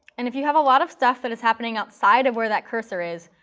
and if you have a lot of stuff that is happening outside of where that cursor is,